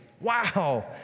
Wow